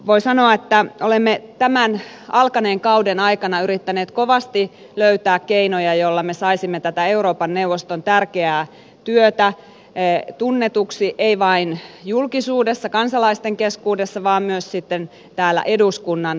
voi sanoa että olemme tämän alkaneen kauden aikana yrittäneet kovasti löytää keinoja joilla me saisimme tätä euroopan neuvoston tärkeää työtä tunnetuksi ei vain julkisuudessa kansalaisten keskuudessa vaan myös sitten täällä eduskunnan sisällä